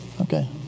Okay